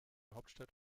hauptstadt